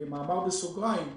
מאמר בסוגריים,